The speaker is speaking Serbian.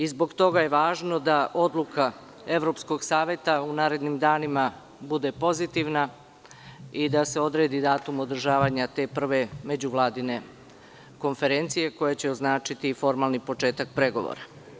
Zbog toga je važno da odluka Evropskog saveta u narednim danima bude pozitivna i da se odredi datum održavanja te prve međuvladine konferencije, koja će označiti formalni početak pregovora.